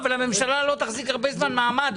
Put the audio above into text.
אבל הממשלה לא תחזיק הרבה זמן מעמד.